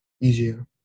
easier